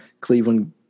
Cleveland